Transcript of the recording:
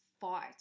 fight